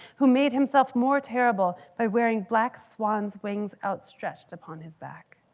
who made himself more terrible by wearing black swans wings outstretched upon his back.